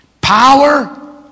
power